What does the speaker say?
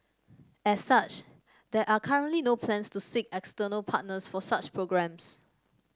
as such there are currently no plans to seek external partners for such programmes